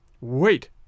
Wait